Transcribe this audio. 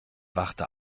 wachte